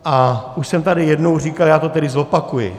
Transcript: A už jsem tady jednou říkal, já to tedy zopakuji.